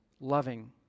loving